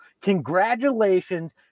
Congratulations